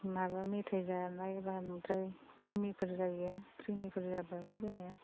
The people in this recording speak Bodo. माबा मेथाय जानाय बांद्राय ख्रिमिफोर जायो ख्रिमिफोर जाब्लाबो जोङो